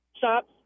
shops